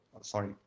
sorry